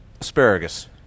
asparagus